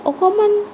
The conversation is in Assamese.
অকণমান